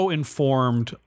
informed